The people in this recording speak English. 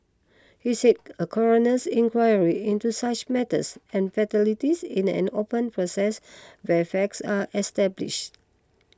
he said a coroner's inquiry into such matters and fatalities is an open process where facts are establish